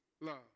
love